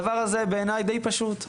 הדבר הזה בעיניי די פשוט,